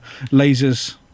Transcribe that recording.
lasers